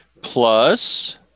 plus